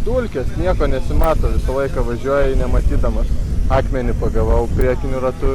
dulkės nieko nesimato visą laiką važiuoji nematydamas akmenį pagavau priekiniu ratu